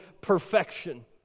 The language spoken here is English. perfection